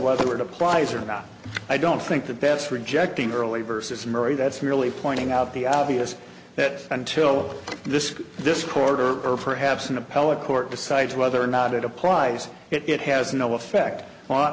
whether it applies or about i don't think the best rejecting early versus murray that's merely pointing out the obvious that until this this quarter or perhaps an appellate court decides whether or not it applies it has no effect on